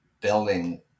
building